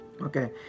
Okay